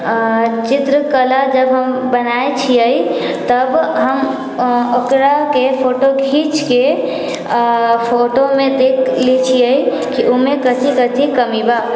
चित्रकला जब हम बनाबै छियै तब हम ओकराके फोटो खीँचके फोटोमे देख लै छियै कि ओहिमे कथि कथि कमि बा